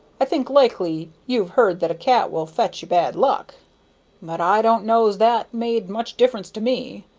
i think likely you've heard that a cat will fetch you bad luck but i don't know's that made much difference to me.